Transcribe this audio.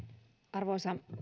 arvoisa